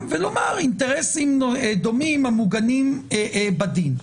ולומר: "אינטרסים דומים המוגנים בדין".